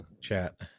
chat